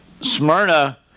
Smyrna